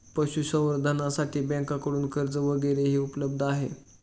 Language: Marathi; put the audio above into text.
पशुसंवर्धनासाठी बँकांकडून कर्ज वगैरेही उपलब्ध आहे